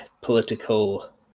political